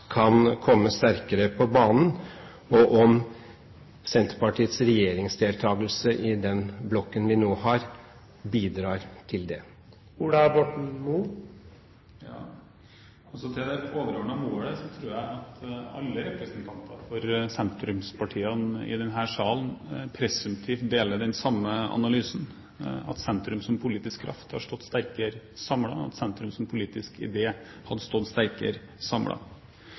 kan komme sterkere på banen, og om Senterpartiets regjeringsdeltakelse i den blokken vi nå har, bidrar til det. Til det overordnede målet: Jeg tror at alle representanter for sentrumspartiene i denne salen presumptivt deler den samme analysen, at sentrum som politisk kraft hadde stått sterkere samlet, at sentrum som politisk idé hadde stått sterkere